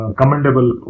commendable